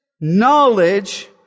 knowledge